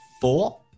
four